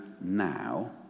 now